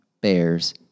Bears